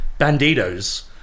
bandidos